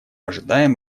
ожидаем